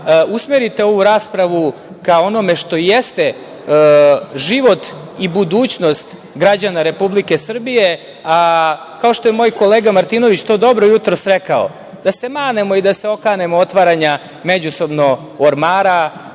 usmerite ovu raspravu ka onome što jeste život i budućnost građana Republike Srbije, kao što je moj kolega Martinović to dobro jutros rekao, da se manemo i da se okanemo otvaranja međusobno ormana,